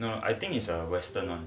no no I think is a western [one]